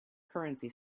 currency